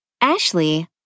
Ashley